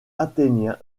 athénien